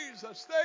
Jesus